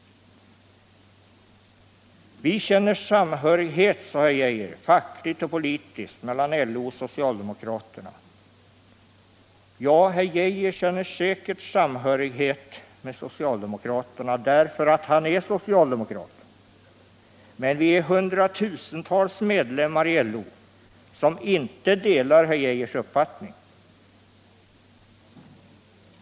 Vi känner samhörighet, sade herr Geijer, fackligt och politiskt mellan LO och socialdemokraterna. Ja, herr Geijer känner säkerligen samhö 133 righet med socialdemokraterna, eftersom han är socialdemokrat. Men vi är hundratusentals medlemmar i LO som inte delar herr Geijers uppfattning.